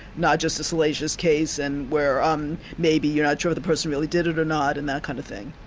not just a salacious case, and where um maybe you're not sure whether the person really did it or not, and that kind of thing.